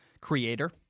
creator